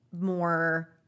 more